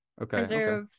okay